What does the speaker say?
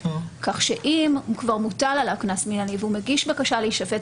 כך שאם כבר מוטל עליו קנס מינהלי והוא מגיש בקשה להישפט,